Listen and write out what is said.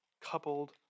coupled